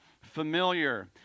familiar